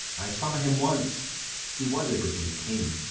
i saw him once he was a goodly king.